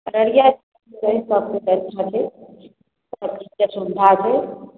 अररिया अच्छा छै सबकिछु अच्छा छै सबचीजके सुविधा छै